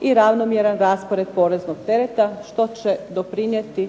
i ravnomjeran raspored poreznog tereta, što će doprinijeti